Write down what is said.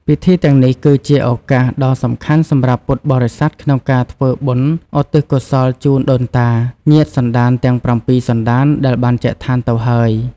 ពិធីទាំងនេះ គឺជាឱកាសដ៏សំខាន់សម្រាប់ពុទ្ធបរិស័ទក្នុងការធ្វើបុណ្យឧទ្ទិសកុសលជូនដូនតា ញាតិសន្តានទាំងប្រាំពីរសន្តានដែលបានចែកឋានទៅហើយ។